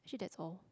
actually that's all